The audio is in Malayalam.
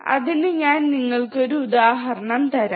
അതിന് ഞാൻ നിങ്ങൾക്ക് ഒരു ഉദാഹരണം തരാം